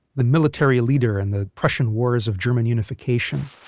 the military leader in the prussian wars of german unification